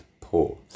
poor